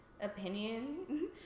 opinion